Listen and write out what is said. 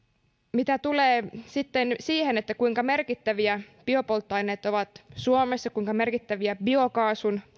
mitä tulee sitten siihen kuinka merkittäviä biopolttoaineet ovat suomessa ja kuinka merkittäviä biokaasun